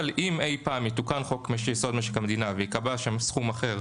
אבל אם אי-פעם יתוקן חוק-יסוד משק המדינה וייקבע שם סכום אחר